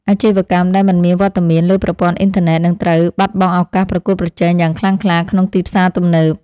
អាជីវកម្មដែលមិនមានវត្តមានលើប្រព័ន្ធអ៊ីនធឺណិតនឹងត្រូវបាត់បង់ឱកាសប្រកួតប្រជែងយ៉ាងខ្លាំងក្លាក្នុងទីផ្សារទំនើប។